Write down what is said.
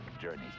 journeys